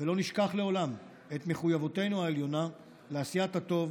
ולא נשכח לעולם את מחויבותנו העליונה לעשיית הטוב